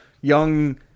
young